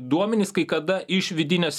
duomenys kai kada iš vidinės